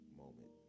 moment